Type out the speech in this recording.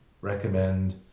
recommend